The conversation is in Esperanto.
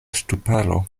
ŝtuparo